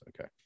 Okay